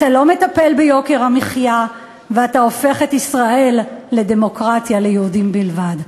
אתה לא מטפל ביוקר המחיה ואתה הופך את ישראל לדמוקרטיה ליהודים בלבד.